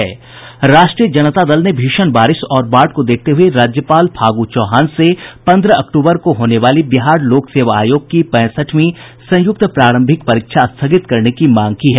राष्ट्रीय जनता दल ने भीषण बारिश और बाढ़ को देखते हुए राज्यपाल फागू चौहान से पन्द्रह अक्टूबर को होने वाली बिहार लोक सेवा आयोग की पैंसठवीं संयुक्त प्रारंभिक परीक्षा स्थगित करने की मांग की है